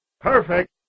Perfect